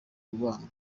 urwango